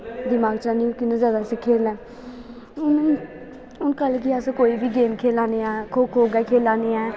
दिमाग च औनी कि'यां उस्सी खेलना ऐ हून कल गी अस कोई बी गेम खेला ने ऐं खो खो गै खेले ने ऐं